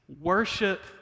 Worship